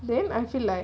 then I feel like